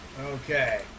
Okay